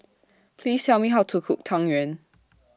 Please Tell Me How to Cook Tang Yuen